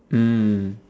mm